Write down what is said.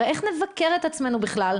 הרי איך נבקר את עצמנו בכלל,